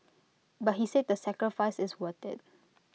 but he said the sacrifice is worth IT